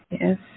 yes